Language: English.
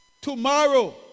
tomorrow